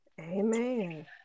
Amen